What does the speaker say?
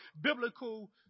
biblical